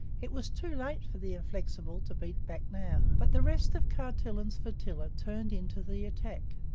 it was too late for the inflexible to beat back now. but the rest of carleton's flotilla turned in to the attack.